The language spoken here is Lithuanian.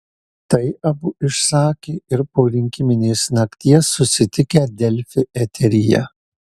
tai abu išsakė ir po rinkiminės nakties susitikę delfi eteryje